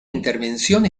intervención